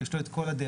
אז יש לו את כל הדרך.